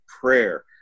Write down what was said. prayer